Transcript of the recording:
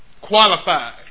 Qualified